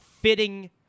fitting